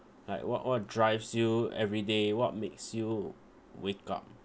like what what drives you every day what makes you wake up